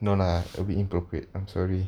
no lah it'll be inappropriate I'm sorry